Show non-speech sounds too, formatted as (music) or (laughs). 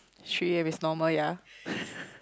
she if it's normal yea (laughs)